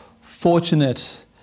fortunate